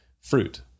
fruit